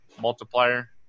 multiplier